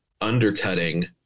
undercutting